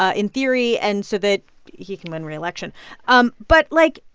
ah in theory, and so that he can win re-election um but like,